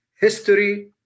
history